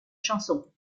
chanson